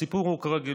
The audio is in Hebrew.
הסיפור הוא כרגיל,